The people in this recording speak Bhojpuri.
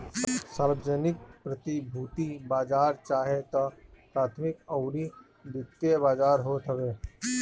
सार्वजानिक प्रतिभूति बाजार चाहे तअ प्राथमिक अउरी द्वितीयक बाजार होत हवे